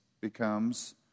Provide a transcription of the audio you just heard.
becomes